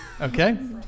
Okay